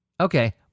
Okay